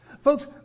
Folks